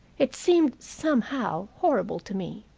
it seemed, somehow, horrible to me.